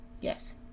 Yes